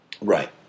Right